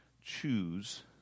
choose